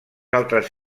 altres